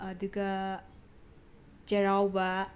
ꯑꯥꯗꯨꯒ ꯆꯩꯔꯥꯎꯕ